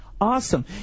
Awesome